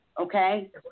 okay